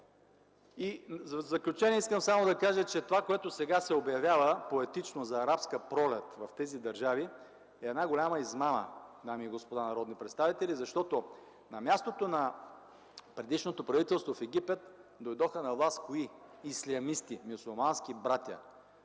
В заключение искам да кажа, че това, което сега поетично се обявява за Арабска пролет в тези държави, е една голяма измама, уважаеми дами и господа народни представители. Защото на мястото на предишното правителство в Египет кои дойдоха на власт? – ислямисти, „Мюсюлмански братя”,